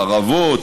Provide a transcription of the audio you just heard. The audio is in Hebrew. חרבות,